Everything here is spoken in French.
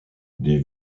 des